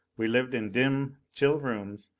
we lived in dim, chill rooms,